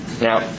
Now